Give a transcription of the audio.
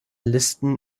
listen